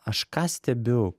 aš ką stebiu